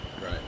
Right